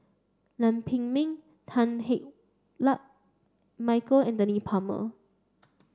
Lam Pin Min Tan Hei Luck Michael Anthony Palmer